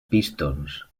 pistons